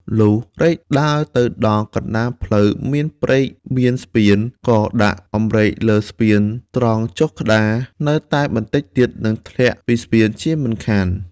លុះរែកដើរទៅដល់កណ្តាលផ្លូវមានព្រែកមានស្ពាន ក៏ដាក់អម្រែកលើស្ពានត្រង់ចុងក្តារ នៅតែបន្តិចទៀតនឹងធ្លាក់ពីស្ពានជាមិនខាន។